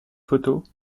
photos